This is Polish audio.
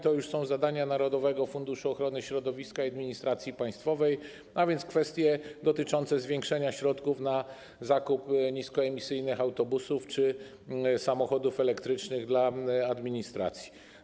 To już są zadania narodowego funduszu ochrony środowiska i administracji państwowej - kwestie dotyczące zwiększenia środków na zakup niskoemisyjnych autobusów czy samochodów elektrycznych dla administracji.